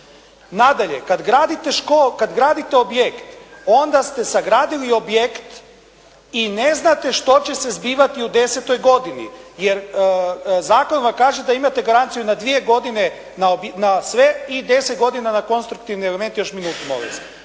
Nadalje, kada gradite objekt onda ste sagradili objekt i ne znate što će se zbivati u 10-toj godini jer zakon vam kaže da imate garanciju na dvije godine na sve i 10 godina na konstruktivne elemente, još minutu molim